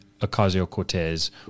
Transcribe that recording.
Ocasio-Cortez